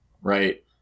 Right